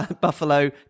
Buffalo